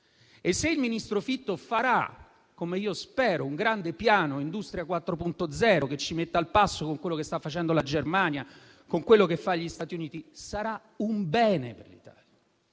E se il ministro Fitto farà, come io spero, un grande piano Industria 4.0 che ci metta al passo con quello che sta facendo la Germania e con quello che fanno gli Stati Uniti, sarà un bene per l'Italia.